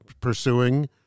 pursuing